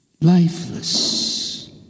lifeless